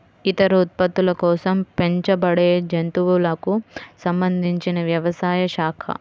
ఇతర ఉత్పత్తుల కోసం పెంచబడేజంతువులకు సంబంధించినవ్యవసాయ శాఖ